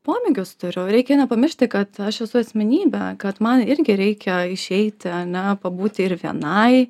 pomėgius turiu reikia nepamiršti kad aš esu asmenybė kad man irgi reikia išeiti ane pabūti ir vienai